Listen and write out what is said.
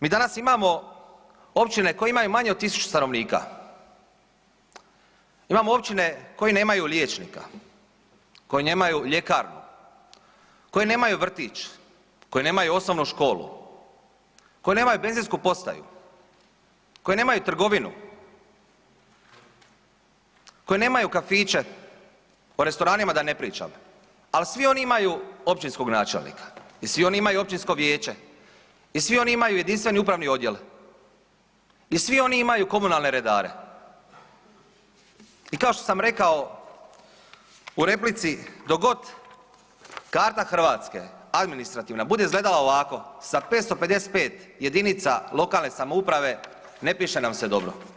Mi danas imamo općine koje imaju manje od 1.000 stanovnika, imamo općine koje nemaju liječnika, koje nemaju ljekarnu, koje nemaju vrtić, koje nemaju osnovu školu, koje nemaju benzinsku postaju, koje nemaju trgovinu, koje nemaju kafiće, o restoranima da ne pričam, al svi oni imaju općinskog načelnika i svi oni imaju općinsko vijeće i svi oni imaju jedinstveni upravni odjel i svi oni imaju komunalne redare i kao što sam rekao u replici dok god karta Hrvatske, administrativna bude izgledala ovako sa 555 JLS-ova ne piše nam se dobro.